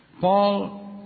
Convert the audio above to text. paul